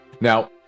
now